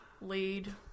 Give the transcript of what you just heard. lead